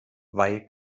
weil